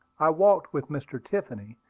i walked with mr. tiffany,